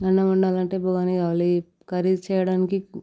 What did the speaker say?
అన్నం వండాలంటే బగోని కావాలి కర్రీస్ చేయడానికి